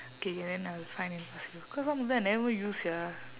K K then I will find and pass you cause some of them I never even use sia